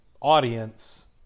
audience